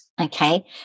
Okay